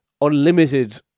unlimited